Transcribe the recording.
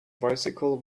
bicycle